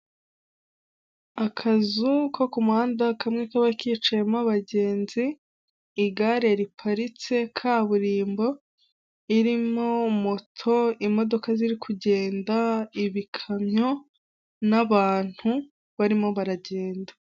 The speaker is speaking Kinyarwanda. Akazu ko ku muhanda kamwe kaba kicayemo abagenzi; igare riparitse, kaburimbo irimo moto, imodoka ziri kugenda, ibikamyo n'abantu barimo baragenda.